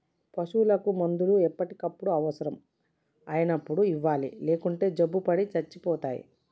పశువులకు మందులు ఎప్పటికప్పుడు అవసరం అయినప్పుడు ఇవ్వాలి లేకుంటే జబ్బుపడి సచ్చిపోతాయి